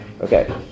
Okay